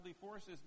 forces